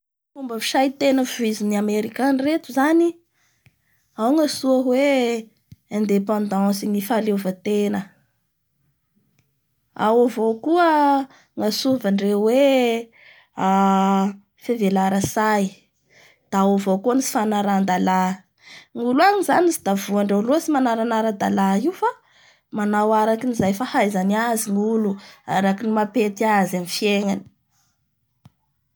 Ny fomba fisay tena voizin'ny amerikany reto zany ao antsoy hoe independense ny fahaleovatena ao avao koa ny antsovandreo hoe fivelarantsay da ao avao koa ny tsy fanara ndala, gnolo any zany tsy da voandreo loatsy tsy manaranara -dala famanao arakin'izay fahaizany azy ny olo araky ny mampety azy amin'ny fiegnany